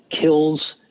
kills